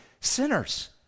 sinners